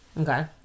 Okay